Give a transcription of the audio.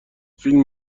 فیلم